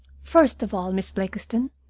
first of all, miss blakiston,